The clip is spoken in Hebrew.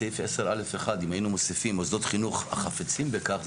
בסעיף 10(א)(1) אם היינו מוסיפים מוסדות חינוך החפצים בכך,